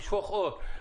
לשפוך אור,